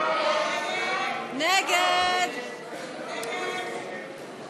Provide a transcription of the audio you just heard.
סעיף תקציבי 94,